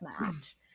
match